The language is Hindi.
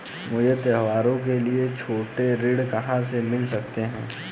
मुझे त्योहारों के लिए छोटे ऋण कहां से मिल सकते हैं?